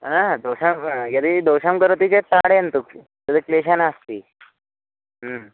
आ दोषः यदि दोषं करोति चेत् ताडयन्तु तद् क्लेशः नास्ति